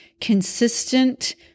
consistent